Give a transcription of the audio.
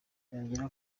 yongeraho